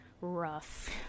rough